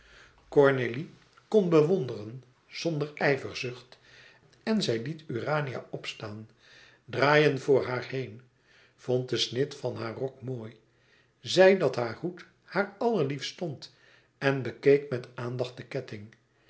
cornélie kon bewonderen zonder ijverzucht en zij liet urania opstaan draaien voor haar heen vond den snit van haar rok mooi zei dat haar hoed haar allerliefst stond en bekeek aandachtig den ketting